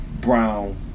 brown